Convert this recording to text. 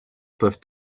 peuvent